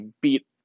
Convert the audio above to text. beat